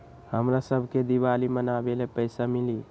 हमरा शव के दिवाली मनावेला पैसा मिली?